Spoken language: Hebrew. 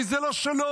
כי זה לא שלו.